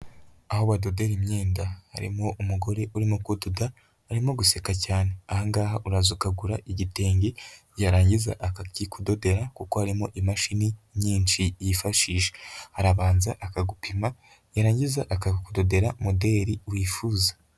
Aho badodera imyenda, harimo umugore urimo kudoda, arimo guseka cyane, ahangaha urazukagura igitenge, yarangiza akabyikudodera kuko harimo imashini nyinshi yifashisha, arabanza akagupima yarangiza akadodera moderi wifuza.